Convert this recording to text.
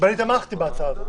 ואני תמכתי בהצעה הזאת,